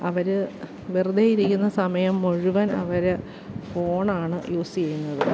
അവര് വെറുതെയിരിക്കുന്ന സമയം മുഴുവൻ അവര് ഫോണാണ് യൂസ്യ്യുന്നത്